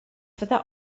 fyddai